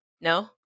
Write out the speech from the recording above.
No